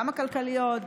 גם הכלכליות,